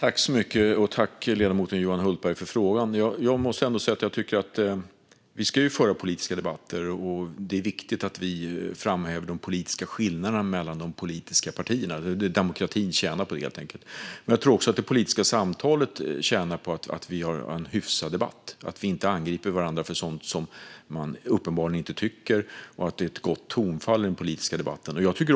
Fru talman! Tack, ledamoten Johan Hultberg, för frågan! Vi ska föra politiska debatter, och det är viktigt att vi framhäver de politiska skillnaderna mellan de politiska partierna, för demokratin tjänar på det, helt enkelt. Jag tror också att det politiska samtalet tjänar på att vi har en hyfsad debatt, att man inte angriper andra för sådant som de uppenbarligen inte tycker och att det är ett gott tonfall i den politiska debatten.